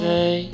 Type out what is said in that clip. Say